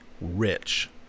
rich